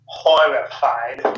horrified